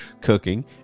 cooking